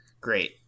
Great